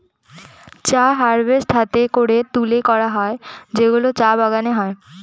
চা হারভেস্ট হাতে করে তুলে করা হয় যেগুলো চা বাগানে হয়